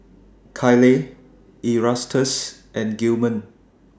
Kyleigh Erastus and Gilman